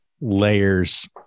layers